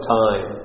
time